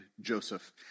Joseph